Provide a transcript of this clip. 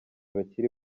bakiri